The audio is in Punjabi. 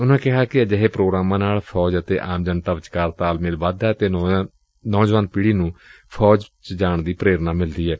ਉਨੁਾਂ ਕਿਹਾ ਕਿ ਅਜਿਹੇ ਪ੍ਰੋਗਰਾਮਾਂ ਨਾਲ ਫੌਜ ਅਤੇ ਆਮ ਜਨਤਾ ਵਿਚਕਾਰ ਤਾਲਮੇਲ ਵਧਦਾ ਏ ਅਤੇ ਨੌਜਵਾਨ ਪੀੜ੍ਹੀ ਨੂੰ ਵੀ ਪ੍ਰੇਰਨਾ ਮਿਲਦੀ ਏ